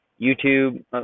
YouTube